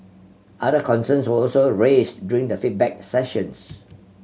other concerns were also raised during the feedback sessions